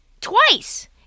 twice